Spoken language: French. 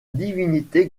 divinité